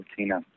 Tina